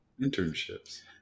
Internships